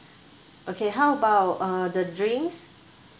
okay how about uh the drinks